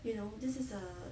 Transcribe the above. you know this is a